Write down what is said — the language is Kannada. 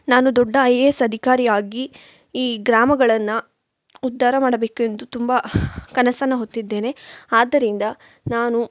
ನಾನು ದೊಡ್ಡ ಐ ಎ ಎಸ್ ಅಧಿಕಾರಿಯಾಗಿ ಈ ಗ್ರಾಮಗಳನ್ನು ಉದ್ಧಾರ ಮಾಡಬೇಕು ಎಂದು ತುಂಬ ಕನಸನ್ನು ಹೊತ್ತಿದ್ದೇನೆ ಆದ್ದರಿಂದ ನಾನು